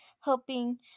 helping